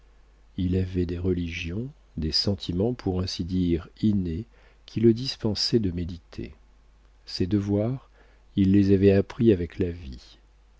il avait des religions des sentiments pour ainsi dire innés qui le dispensaient de méditer ses devoirs il les avait appris avec la vie